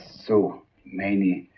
so many